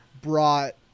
brought